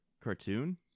cartoon